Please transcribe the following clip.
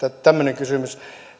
tämmöinen kysymys